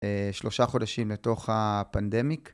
שלושה חודשים לתוך ה-pandemic